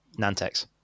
Nantex